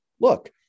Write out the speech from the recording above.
look